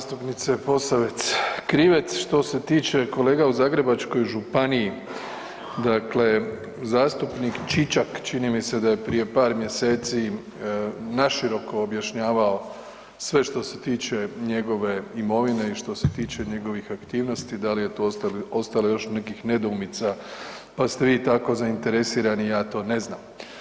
Zastupnice Posavec Krivec, što se tiče kolega u Zagrebačkoj županiji, dakle zastupnik Čičak činim mi se da je prije par mjeseci naširoko objašnjavao sve što se tiče njegove imovine i što se tiče njegovih aktivnosti, da li je tu ostalo još nekih nedoumica, pa ste vi tako zainteresirani, ja to ne znam.